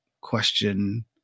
question